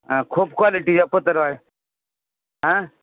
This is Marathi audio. ह खूप क्वालिटीच्या पत्रावळ्या हा